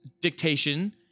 dictation